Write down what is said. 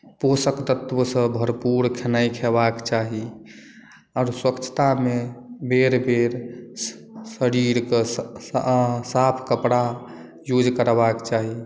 पोषक तत्वसँ भरपूर खेनाइ खयबाक चाही आओर स्वच्छतामे बेर बेर श शरीरकेँ स साफ कपड़ा यूज करबाक चाही